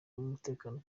n’umutekano